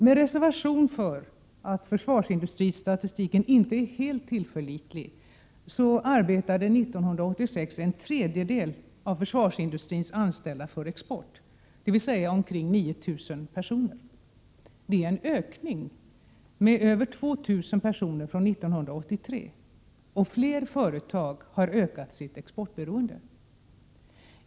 Med reservation för att försvarsindustristatistiken inte är helt tillförlitlig arbetade 1986 en tredjedel av försvarsindustrins anställda för export, dvs. omkring 9 000 personer. Det är en ökning med över 2 000 personer från 1983, och flera företag har ökat sitt exportberoende.